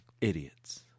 Idiots